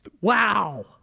Wow